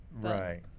Right